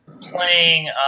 playing